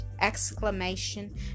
exclamation